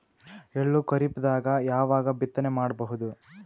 ಎಳ್ಳು ಖರೀಪದಾಗ ಯಾವಗ ಬಿತ್ತನೆ ಮಾಡಬಹುದು?